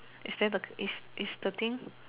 is there the is is the thing